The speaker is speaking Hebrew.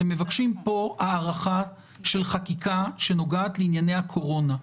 אתם מבקשים פה הארכה של חקיקה שנוגעת לענייני הקורונה.